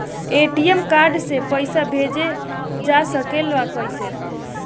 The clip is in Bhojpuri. ए.टी.एम कार्ड से पइसा भेजल जा सकेला कइसे?